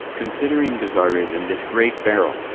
considering the tsar is in this great peril,